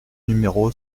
numéro